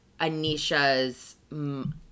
Anisha's